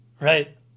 Right